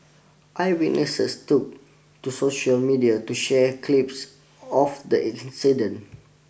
eyewitnesses took to social media to share clips of the incident